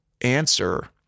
answer